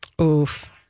Oof